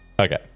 Okay